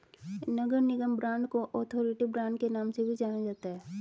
नगर निगम बांड को authority bond के नाम से भी जाना जाता है